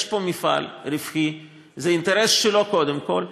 יש פה מפעל רווחי, זה אינטרס שלו, קודם כול.